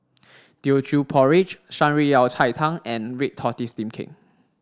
Teochew Porridge Shan Rui Yao Cai Tang and red tortoise steam cake